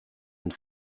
and